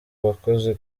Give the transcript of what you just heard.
abakozi